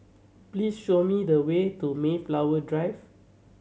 please show me the way to Mayflower Drive